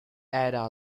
ada